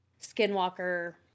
skinwalker